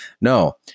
No